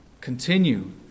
continue